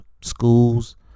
schools